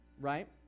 Right